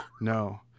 no